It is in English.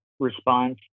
response